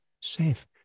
safe